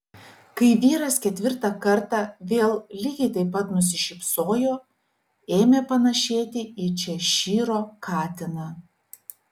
kai vyras ketvirtą kartą vėl lygiai taip pat nusišypsojo ėmė panašėti į češyro katiną